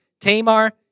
Tamar